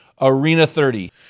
ARENA30